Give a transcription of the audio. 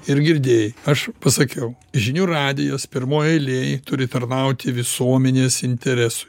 ir girdėjai aš pasakiau žinių radijas pirmoj eilėj turi tarnauti visuomenės interesui